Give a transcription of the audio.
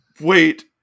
Wait